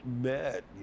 met